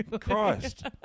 Christ